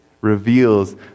reveals